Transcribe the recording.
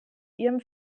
ihrem